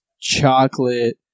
chocolate